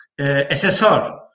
SSR